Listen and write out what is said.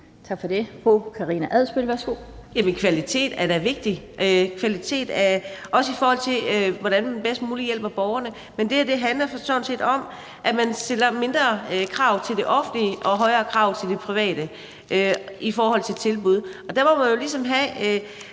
Kl. 12:24 Karina Adsbøl (DF): Kvalitet er da vigtig, også i forhold til hvordan man bedst muligt hjælper borgerne. Men det her handler sådan set om, at man stiller lavere krav til det offentlige og højere krav til de private i forhold til tilbud, og der må man jo have